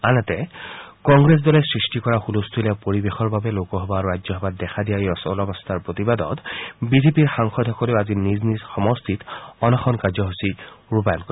আনহাতে কংগ্ৰেছ দলে সৃষ্টি কৰা হুলস্থূলীয়া পৰিবেশৰ বাবে লোকসভা আৰু ৰাজ্যসভাত দেখা দিয়া অচলাবস্থাৰ প্ৰতিবাদত বিজেপিৰ সাংসদ সকলেও আজি নিজ নিজ সমষ্টিত অনশন কাৰ্যসূচী পালন কৰিব